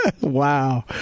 Wow